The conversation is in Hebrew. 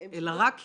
אלא רק היקשו.